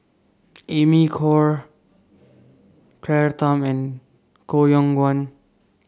Amy Khor Claire Tham and Koh Yong Guan